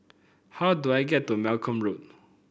how do I get to Malcolm Road